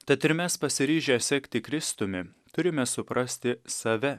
tad ir mes pasiryžę sekti kristumi turime suprasti save